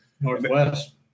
Northwest